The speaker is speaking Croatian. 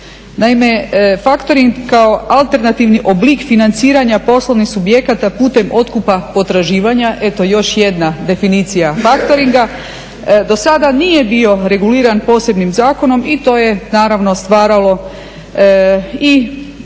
Naime, faktoring kao alternativni oblik financiranja poslovnih subjekata putem otkupa potraživanja, eto još jedna definicija faktoringa, do sada nije bio reguliran posebnim zakonom i to je naravno stvaralo i